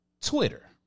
Twitter